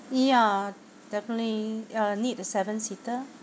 ya definitely uh need a seven seater